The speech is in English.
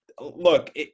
look